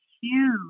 huge